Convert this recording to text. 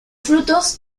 frutos